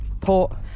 Port